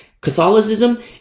Catholicism